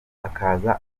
akaza